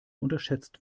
unterschätzt